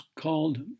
called